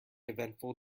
eventful